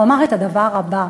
הוא אמר את הדבר הבא: